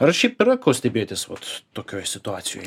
ar šiaip yra ko stebėtis vat tokioj situacijoj